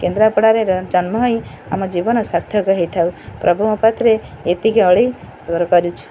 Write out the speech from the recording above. କେନ୍ଦ୍ରାପଡ଼ାରେ ଜନ୍ମ ହୋଇ ଆମ ଜୀବନ ସାର୍ଥକ ହେଇଥାଉ ପ୍ରଭୁଙ୍କ ପାତ୍ରେ ଏତିକି ଅଳି କରିପାରିଛୁ